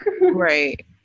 Right